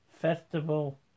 festival